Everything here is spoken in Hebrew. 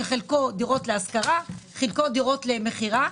כאשר חלקו דירות להשכרה וחלקו דירות למכירה.